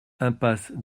impasse